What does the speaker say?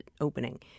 opening